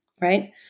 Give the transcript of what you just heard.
right